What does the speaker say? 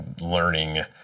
learning